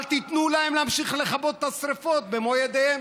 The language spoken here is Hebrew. אל תיתנו להם להמשיך לכבות את השרפות במו ידיהם.